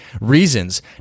reasons